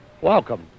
welcome